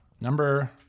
Number